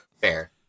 Fair